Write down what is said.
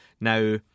Now